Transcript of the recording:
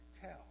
tell